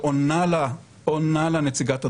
ועונה לה נציגת הדוברות: